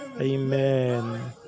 Amen